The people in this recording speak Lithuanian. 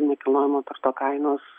nekilnojamo turto kainos